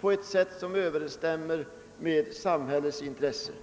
på ett sätt som överensstämmer med samhällets intressen.